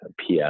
PS